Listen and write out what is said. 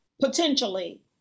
potentially